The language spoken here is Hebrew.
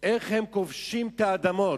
איך הם כובשים את האדמות.